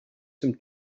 some